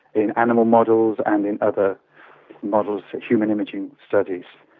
in animal models and in other models, human imaging studies.